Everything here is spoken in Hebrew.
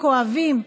כואבים?